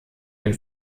den